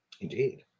indeed